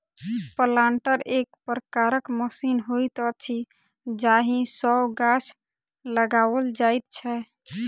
planter एक प्रकारक machine होइत अछि जाहि सॅ गाछ लगाओल जाइत छै